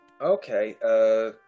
Okay